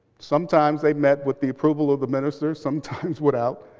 sometimes they met with the approval of the ministers. sometimes without.